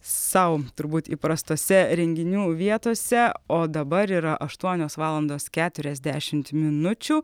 sau turbūt įprastose renginių vietose o dabar yra aštuonios valandos keturiasdešimt minučių